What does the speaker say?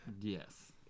Yes